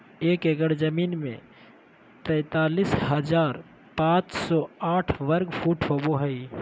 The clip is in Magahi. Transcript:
एक एकड़ जमीन में तैंतालीस हजार पांच सौ साठ वर्ग फुट होबो हइ